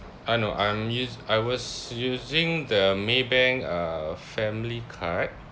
I know I'm use I was using the maybank uh family card